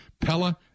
Pella